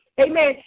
Amen